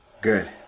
good